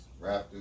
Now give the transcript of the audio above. Raptors